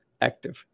active